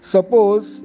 Suppose